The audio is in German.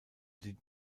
die